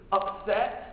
upset